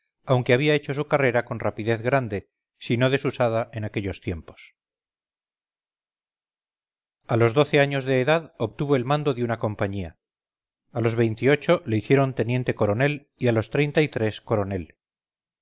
aunque había hecho su carrera con rapidez grande si no desusada en aquellos tiempos a los doce años de edad obtuvo el mando de una compañía a los veintiocho le hicieron teniente coronel y a los treinta y tres coronel